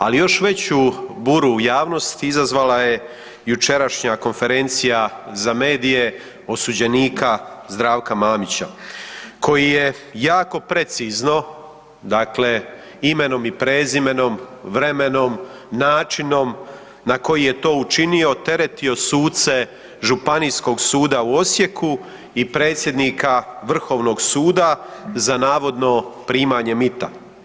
Ali još veću buru u javnosti izazvala je jučerašnja konferencija za medije osuđenika Zdravka Mamića koji je jako precizno, dakle imenom i prezimenom, vremenom, načinom na koji je to učinio, teretio suce Županijskog suda u Osijeku i predsjednika Vrhovnog suda za navodno primanje mita.